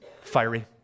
fiery